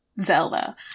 Zelda